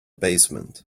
basement